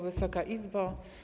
Wysoka Izbo!